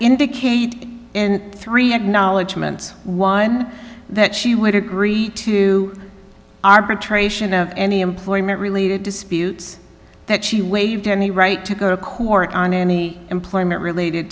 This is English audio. indicate in three acknowledgements one that she would agree to arbitration of any employment related disputes that she waived any right to go to court on any employment related